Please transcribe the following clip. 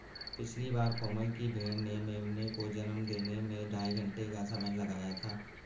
पिछली बार कोमल की भेड़ ने मेमने को जन्म देने में ढाई घंटे का समय लगाया था